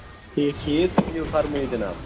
ٹھیٖک ٹھیٖک تُہۍ ؤنِو فرمٲیِو جِناب